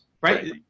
right